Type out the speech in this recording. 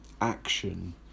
action